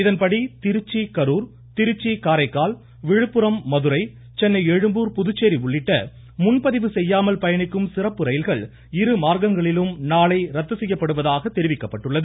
இதன்படி திருச்சி கரூர் திருச்சி காரைக்கால் விழுப்புரம் மதுரை சென்னை எழும்பூர் புதுச்சேரி உள்ளிட்ட முன்பதிவு செய்யாமல் பயணிக்கும் சிறப்பு ரயில்கள் இருமார்க்கங்களிலும் நாளை ரத்து செய்யப்படுவதாக தெரிவிக்கப்பட்டுள்ளது